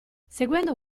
seguendo